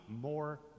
more